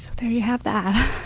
so you have that.